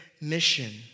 mission